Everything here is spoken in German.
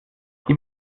die